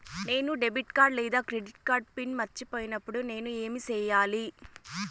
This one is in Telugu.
నేను డెబిట్ కార్డు లేదా క్రెడిట్ కార్డు పిన్ మర్చిపోయినప్పుడు నేను ఏమి సెయ్యాలి?